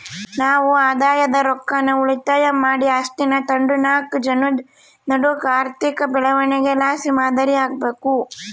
ನಾವು ಆದಾಯದ ರೊಕ್ಕಾನ ಉಳಿತಾಯ ಮಾಡಿ ಆಸ್ತೀನಾ ತಾಂಡುನಾಕ್ ಜನುದ್ ನಡೂಕ ಆರ್ಥಿಕ ಬೆಳವಣಿಗೆಲಾಸಿ ಮಾದರಿ ಆಗ್ಬಕು